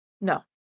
No